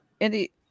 Andy